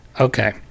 Okay